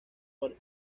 por